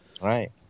Right